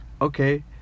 okay